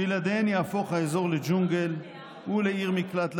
בלעדיהן יהפוך האזור לג'ונגל ולעיר מקלט לעבריינים.